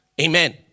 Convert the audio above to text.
Amen